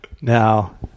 Now